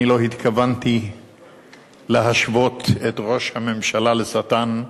אני לא התכוונתי להשוות את ראש הממשלה לשטן.